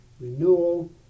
renewal